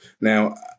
Now